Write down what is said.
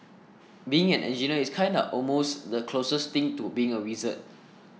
being an engineer is kinda almost the closest thing to being a wizard